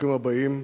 ברוכים הבאים.